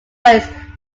waste